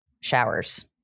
showers